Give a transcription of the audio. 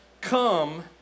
come